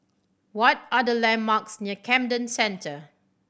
what are the landmarks near Camden Centre